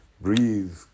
Breathe